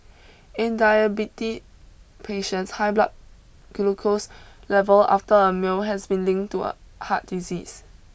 Berlin would press with its allies and partners for further worldwide disarmament